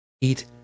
Eat